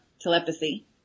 telepathy